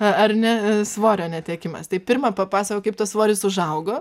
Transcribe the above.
ar ne svorio netekimas tai pirma papasakok kaip tas svoris užaugo